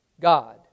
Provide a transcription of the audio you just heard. God